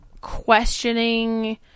questioning